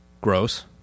Gross